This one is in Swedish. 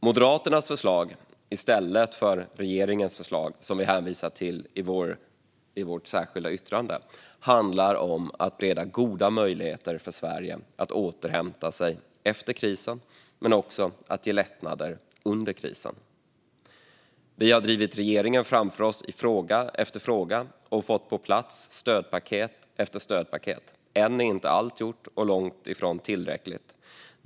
Moderaternas förslag, som vi hänvisar till i vårt särskilda yttrande, handlar om att bereda goda möjligheter för Sverige att återhämta sig efter krisen men också om att ge lättnader under krisen. Vi har drivit regeringen framför oss i fråga efter fråga och fått stödpaket efter stödpaket på plats, men än är långtifrån tillräckligt gjort. Fru talman!